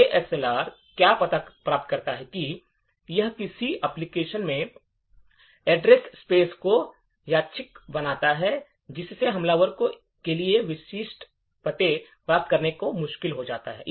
ASLR क्या प्राप्त करता है कि यह किसी एप्लिकेशन के एड्रेस स्पेस को यादृच्छिक बनाता है जिससे हमलावर के लिए विशिष्ट पते प्राप्त करना मुश्किल हो जाता है